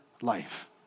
life